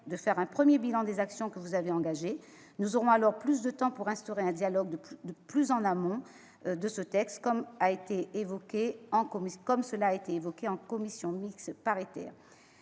de faire un premier bilan des actions que vous avez engagées. Nous aurons alors plus de temps pour instaurer un dialogue plus en amont, comme cela a été évoqué en commission mixte paritaire.